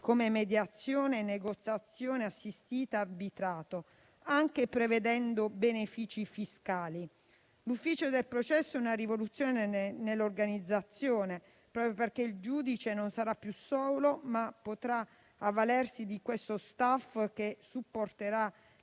(come mediazione, negoziazione assistita e arbitrato), prevedendo anche benefici fiscali. L'ufficio del processo è una rivoluzione nell'organizzazione, proprio perché il giudice non sarà più solo, ma potrà avvalersi di uno staff che supporterà